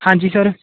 ਹਾਂਜੀ ਸਰ